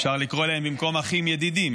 אפשר לקרוא להם במקום אחים ידידים.